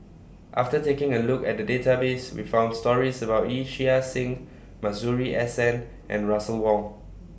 after taking A Look At The Database We found stories about Yee Chia Hsing Masuri S N and Russel Wong